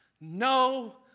no